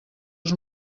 els